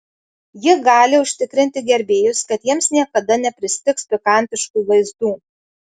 ji gali užtikrinti gerbėjus kad jiems niekada nepristigs pikantiškų vaizdų